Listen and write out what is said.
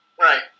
Right